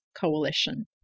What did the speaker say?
coalition